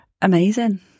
Amazing